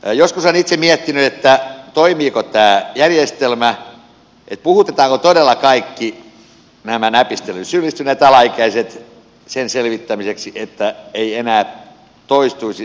joskus olen itse miettinyt toimiiko tämä järjestelmä puhutetaanko todella kaikki nämä näpistelyyn syyllistyneet alaikäiset sen selvittämiseksi että nämä rikkomukset ja rikokset eivät enää toistuisi